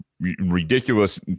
ridiculous